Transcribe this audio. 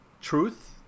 truth